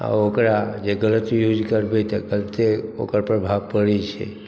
आओर ओकरा जे गलत यूज करबै तऽ गलते ओकर प्रभाव पड़ै छै